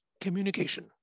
communication